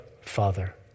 Father